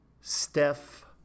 steph